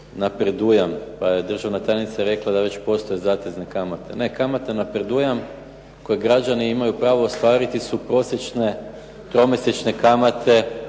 na predujam, pa je državna tajnica rekla da već postoje zatezne kamate. Ne, kamata na predujam kojeg građani imaju pravo ostvariti su prosječne tromjesečne kamate